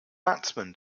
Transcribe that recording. batsmen